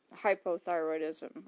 hypothyroidism